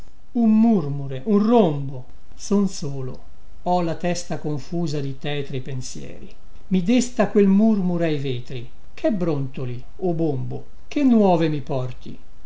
un murmure un rombo son solo ho la testa confusa di tetri pensieri i desta quel murmure ai vetri che brontoli o bombo che nuove mi porti